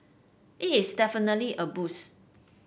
it is definitely a boost